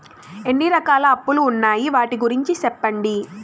ఎన్ని రకాల అప్పులు ఉన్నాయి? వాటి గురించి సెప్పండి?